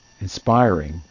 inspiring